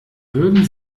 würden